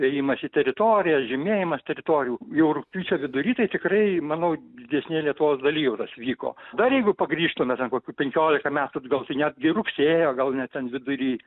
ėjimas į teritoriją žymėjimas teritorijų jau rugpjūčio vidury tai tikrai manau didesnėj lietuvos daly jau tas vyko dar jeigu pagrįžtume ten kokių penkiolika metų atgal tai netgi rugsėjo gal ne ten vidury